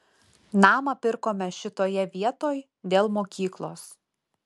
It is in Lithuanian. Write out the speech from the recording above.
namą pirkome šitoje vietoj dėl mokyklos